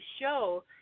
show